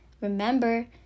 Remember